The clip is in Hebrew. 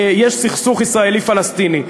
יש סכסוך ישראלי פלסטיני,